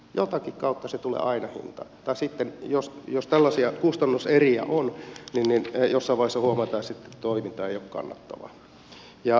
jotakin kautta se tulee aina hintaan tai sitten jos tällaisia kustannuseriä on niin jossain vaiheessa huomataan sitten että toiminta ei ole kannattavaa